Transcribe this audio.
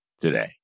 today